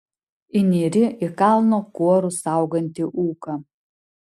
įnyri į kalno kuorus saugantį ūką